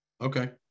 Okay